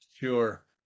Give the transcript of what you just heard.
Sure